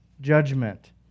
judgment